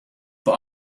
but